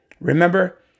Remember